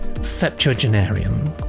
septuagenarian